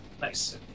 nice